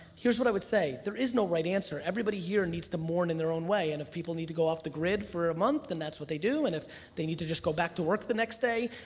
here's what i would say, there is no right answer. everybody here needs to mourn in their own way and if people need to go off the grid for a month, and that's what they do, and if they need to just go back to work the next day.